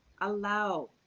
allow